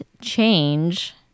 change